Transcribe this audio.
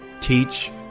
teach